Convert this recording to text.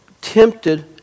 tempted